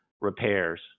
repairs